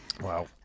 Wow